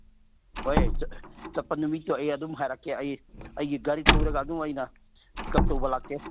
ꯍꯣꯏ ꯆꯠꯄ ꯅꯨꯃꯤꯠꯇꯨ ꯑꯩ ꯑꯗꯨꯝ ꯍꯥꯏꯔꯛꯀꯦ ꯑꯩ ꯑꯩꯒꯤ ꯒꯥꯔꯤ ꯊꯧꯔꯒ ꯑꯗꯨꯝ ꯑꯩꯅ ꯄꯤꯛꯑꯞ ꯇꯧꯕ ꯂꯥꯛꯀꯦ